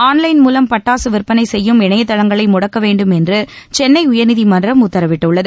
online மூலம் பட்டாசு விற்பனை செய்யும் இணையதளங்களை முடக்க வேண்டும் என்று சென்னை உயர்நீதிமன்றம் உத்தரவிட்டுள்ளது